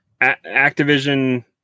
activision